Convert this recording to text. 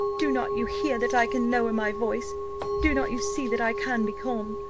do not you hear that i can lower my voice do not you see that i can be calm?